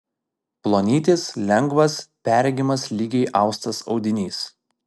plonytis lengvas perregimas lygiai austas audinys